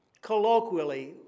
Colloquially